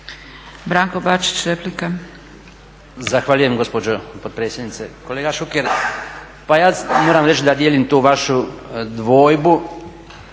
Branko (HDZ)** Zahvaljujem gospođo potpredsjednice. Kolega Šuker pa ja moram reći da dijelim tu vašu dvojbu